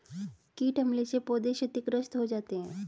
कीट हमले से पौधे क्षतिग्रस्त हो जाते है